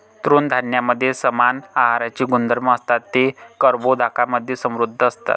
तृणधान्यांमध्ये समान आहाराचे गुणधर्म असतात, ते कर्बोदकांमधे समृद्ध असतात